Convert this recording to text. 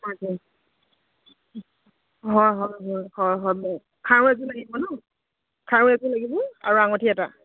তাকে হয় হয় হয় হয় হয় এই খাও এযোৰ লাগিব ন খাৰু এযোৰ লাগিব আৰু আঙঠি এটা